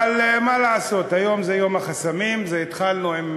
אבל מה לעשות, היום זה יום החסמים, התחלנו עם